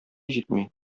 җитми